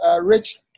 Rich